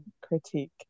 critique